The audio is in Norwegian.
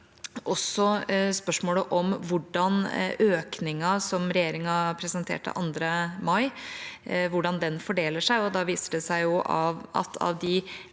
også et spørsmål om hvordan økningen, som regjeringen presenterte 2. mai, fordeler seg. Da viser det seg at av de